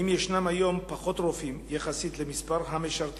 האם יש היום פחות רופאים מבעבר יחסית למספר המשרתים?